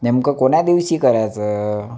नेमक्या कोण्या दिवशी करायचं